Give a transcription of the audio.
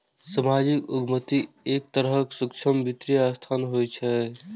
सामाजिक उद्यमिता एक तरहक सूक्ष्म वित्तीय संस्थान होइ छै